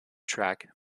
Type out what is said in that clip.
track